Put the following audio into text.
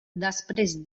després